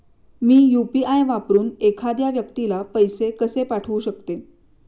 मी UPI वापरून एखाद्या व्यक्तीला पैसे कसे पाठवू शकते?